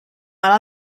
ara